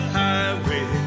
highway